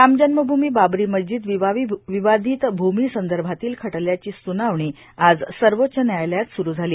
रामजव्मभूमी बाबरी मस्जिद विवादित भूमीसंदर्भातील खटल्याची सुनावणी आज सर्वोच्च न्यायालयात सुरू झाली